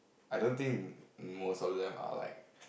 I don't think most of them are like